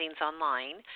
online